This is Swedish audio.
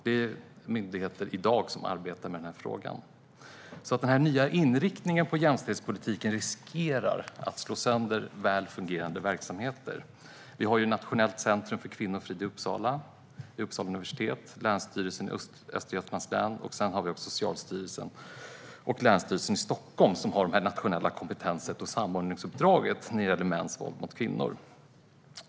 Det är myndigheter som i dag arbetar med frågan. Den nya inriktningen på jämställdhetspolitiken riskerar att slå sönder väl fungerande verksamheter. Nationellt centrum för kvinnofrid i Uppsala vid Uppsala universitet, Länsstyrelsen i Östergötlands län och Socialstyrelsen och Länsstyrelsen i Stockholm har nationella kompetens och samordningsuppdrag som rör mäns våld mot kvinnor.